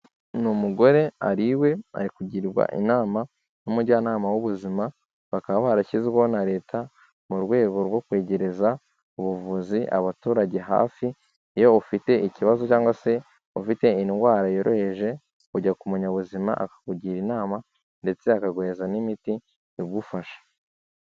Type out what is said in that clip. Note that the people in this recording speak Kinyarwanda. Ni umugore ari iwe, ari kugirwa inama n'umujyanama w'ubuzima, bakaba barashyizweho na Leta mu rwego rwo kwegereza ubuvuzi abaturage hafi, iyo ufite ikibazo cyangwa se ufite indwara yoroheje, ujya ku Munyabuzima akakugira inama ndetse akaguhereza n'imiti igufasha.